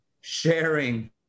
sharing